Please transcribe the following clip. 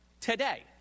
today